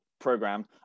program